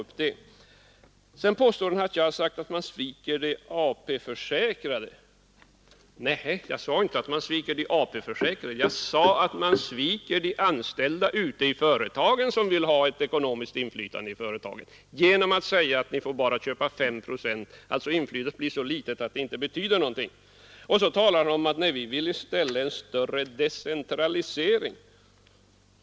Vidare påstod herr Gustafsson att jag sagt att man sviker de AP-försäkrade. Nej, det sade jag inte, utan jag sade att man sviker de anställda ute i företagen som vill ha ett ekonomiskt inflytande i företaget genom att säga att ni får bara köpa 5 procent, dvs. inflytandet blir så litet att det inte betyder någonting. Slutligen sade herr Gustafsson också att vi vill i stället ha större decentralisering.